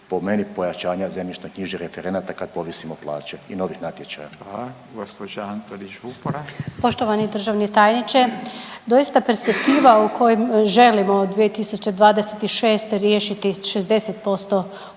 po meni pojačanja zemljišno-knjižnih referenata kad povisimo plaće i n ovih natječaja.